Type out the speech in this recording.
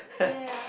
ya ya ya